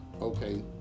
okay